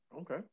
Okay